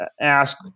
ask